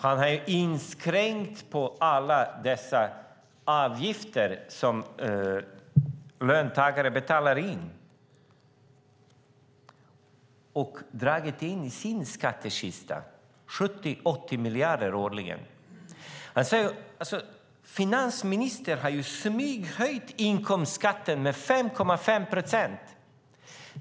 Han har tagit från alla dessa avgifter som löntagare betalar in och dragit in 70-80 miljarder årligen till sin skattekista. Finansministern har smyghöjt inkomstskatten med 5,5 procent.